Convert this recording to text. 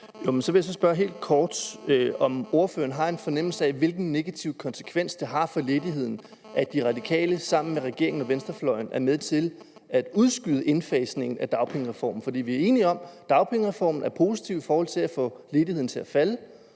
Så vil jeg spørge helt kort, om ordføreren har en fornemmelse af, hvilken negativ konsekvens det har for ledigheden, at De Radikale sammen med regeringen og venstrefløjen er med til at udskyde indfasningen af dagpengereformen. For vi er enige om, at dagpengereformen er positiv i forhold til at få ledigheden til at falde.